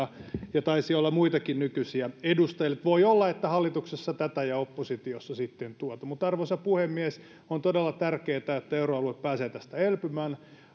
ja taisi olla muitakin nykyisiä edustajia että voi olla että hallituksessa tätä ja oppositiossa sitten tuota arvoisa puhemies on todella tärkeätä että euroalue pääsee tästä elpymään